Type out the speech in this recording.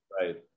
Right